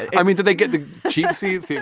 i mean, did they get the cheap seats? yeah